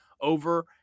over